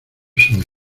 soy